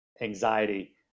anxiety